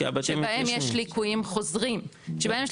שבהם יש ליקויים חוזרים,